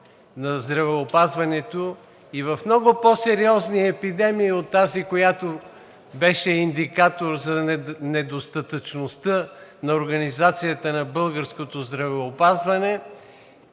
на здравеопазването и в много по-сериозни епидемии от тази, която беше индикатор за недостатъчността на организацията на българското здравеопазване,